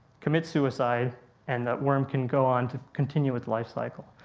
commit suicide and that worm can go on to continue its life cycle.